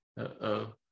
Uh-oh